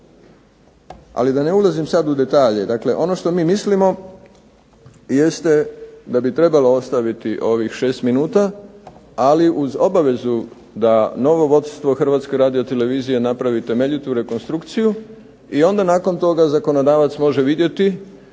Ali da ne ulazim sad u detalje. Dakle, ono što mi mislimo jeste da bi trebalo ostaviti ovih šest minuta ali uz obavezu da novo vodstvo Hrvatske radiotelevizije napravi temeljitu rekonstrukciju i onda nakon toga zakonodavac može vidjeti